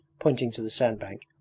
pointing to the sandbank.